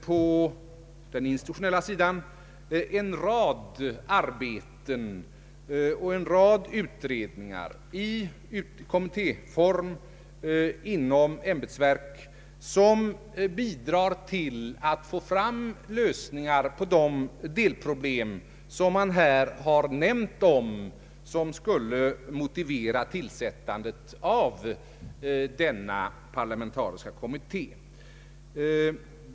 På den institutionella sidan pågår en rad utredningar i kom mittéform inom ämbetsverk som bidrar till att få fram lösningar på de delproblem man här nämnt om som motiv för tillsättandet av en parlamentarisk kommitté.